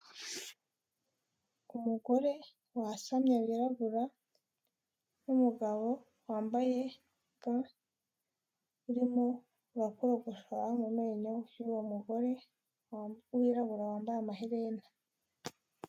Umugore wasamye wirabura n'umugabo wambaye ga urimo arakogoshashora mu menyo y'uwo, mugore wirabura wambaye amaherena.